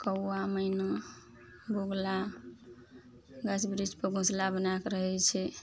कौआ मैना बगुला गाछ वृक्षपर घोसला बना कए रहय छै